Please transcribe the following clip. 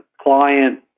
client